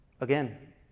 Again